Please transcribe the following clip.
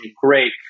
great